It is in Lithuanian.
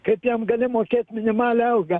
kaip jam gali mokėt minimalią algą